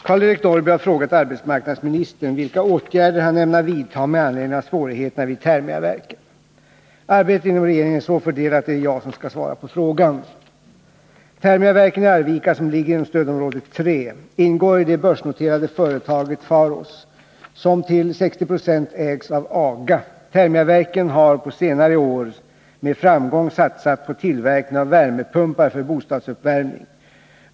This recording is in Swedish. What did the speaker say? Herr talman! Karl-Eric Norrby har frågat arbetsmarknadsministern vilka åtgärder han ämnar vidta med anledning av svårigheterna vid Thermia Verken. Arbetet inom regeringen är så fördelat att det är jag som skall svara på frågan. Thermia-Verken i Arvika, som ligger inom stödområde 3, ingår i det börsnoterade företaget Pharos, som till 60 26 ägs av AGA. Thermia-Verken har på senare år med framgång satsat på tillverkning av värmepumpar för bostadsuppvärmning.